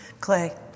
Clay